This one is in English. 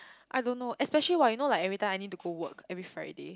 I don't know especially while you know like everytime I need to go work every Friday